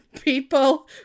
people